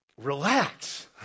Relax